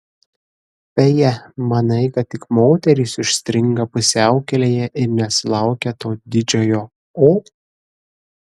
beje manai kad tik moterys užstringa pusiaukelėje ir nesulaukia to didžiojo o